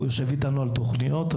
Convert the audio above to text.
הוא יושב איתנו על תוכניות,